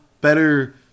better